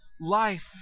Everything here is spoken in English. life